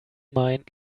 mind